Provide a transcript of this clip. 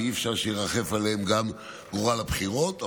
אי-אפשר שירחף עליהם גם עניין הבחירות.